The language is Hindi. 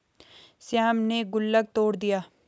श्याम ने गुल्लक तोड़ दिया